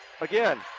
again